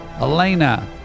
Elena